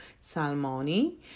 Salmoni